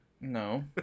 No